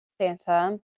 Santa